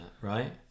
right